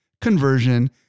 conversion